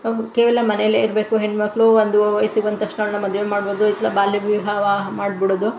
ಕೇವಲ ಮನೆಯಲ್ಲೇ ಇರಬೇಕು ಹೆಣ್ಣು ಮಕ್ಳು ಒಂದು ವಯ್ಸಿಗೆ ಬಂದ ತಕ್ಷಣ ಅವ್ರನ್ನ ಮದುವೆ ಮಾಡ್ಬೋದು ಇಲ್ಲ ಬಾಲ್ಯವಿವಾಹ ಮಾಡ್ಬಿಡೋದು